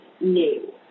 new